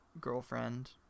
girlfriend